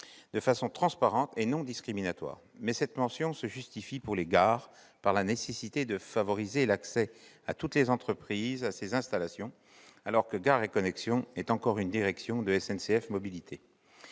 de façon transparente et non discriminatoire ». Cette mention se justifie, pour les gares, par la nécessité de favoriser l'accès de toutes les entreprises à ces installations, alors que Gares & Connexions est encore une direction de SNCF Mobilités.